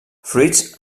fruits